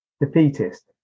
defeatist